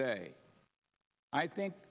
day i think